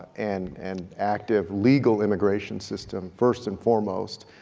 and and active legal immigration system, first and foremost.